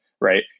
right